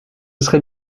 serait